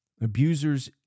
Abusers